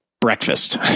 breakfast